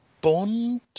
Bond